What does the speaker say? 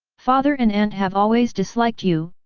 father and aunt have always disliked you,